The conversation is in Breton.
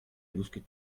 gousket